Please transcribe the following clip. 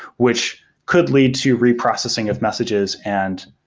which could lead to reprocessing of messages and